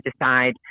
decide